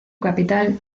capital